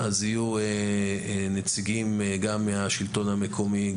יהיו נציגים גם מהשלטון המקומי,